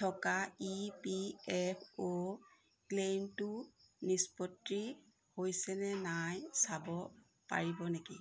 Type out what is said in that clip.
থকা E P F O ক্লেইমটো নিষ্পত্তি হৈছে নে নাই চাব পাৰিব নেকি